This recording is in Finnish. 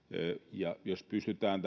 ja jos pystytään